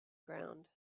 ground